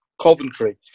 Coventry